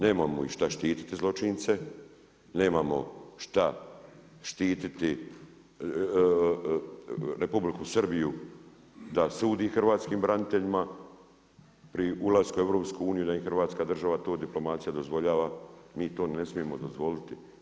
Nemamo ih šta štititi zločince, nemamo šta štititi Republiku Srbiju, da sudi hrvatskim braniteljima, pri ulasku u EU, da im Hrvatska država, to diplomacija dozvoljava, mi to ne smijemo dozvoliti.